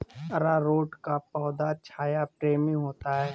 अरारोट का पौधा छाया प्रेमी होता है